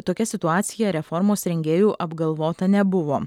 tokia situacija reformos rengėjų apgalvota nebuvo